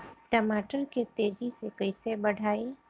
टमाटर के तेजी से कइसे बढ़ाई?